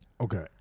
Okay